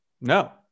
No